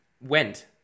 went